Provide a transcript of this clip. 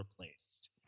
replaced